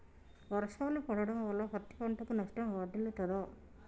వర్షాలు పడటం వల్ల పత్తి పంటకు నష్టం వాటిల్లుతదా?